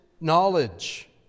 knowledge